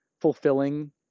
fulfilling